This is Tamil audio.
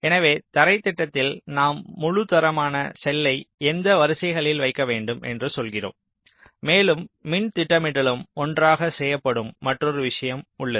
எனவே தரைத் திட்டத்தில் நாம் முழு தரமான செல்லை எந்த வரிசைகளில் வைக்க வேண்டும் என்று சொல்கிறோம் மேலும் மின் திட்டமிடலும் ஒன்றாக செய்யப்படும் மற்றொரு விஷயம் உள்ளது